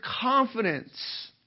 confidence